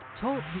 Talk